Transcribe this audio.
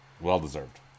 Well-deserved